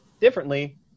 differently